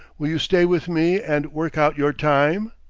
will you stay with me and work out your time?